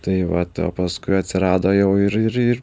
tai vat o paskui atsirado jau ir ir ir